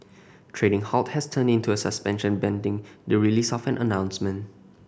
trading halt has turned into a suspension pending the release of an announcement